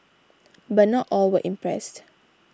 but not all were impressed